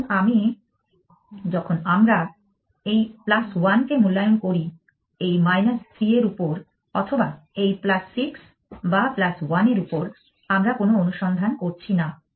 যখন আমি যখন আমরা এই 1 কে মূল্যায়ন করি এই 3 এর উপর অথবা এই 6 বা 1 এর উপর আমরা কোনও অনুসন্ধান করছি না